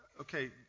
Okay